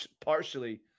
partially